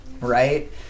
right